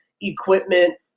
equipment